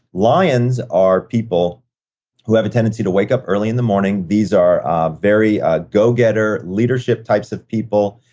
lions are people who have a tendency to wake up early in the morning. these are very go getter, leadership types of people.